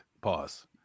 pause